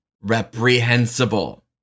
reprehensible